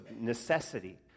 necessity